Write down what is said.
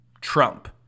Trump